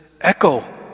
echo